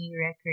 record